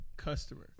Customer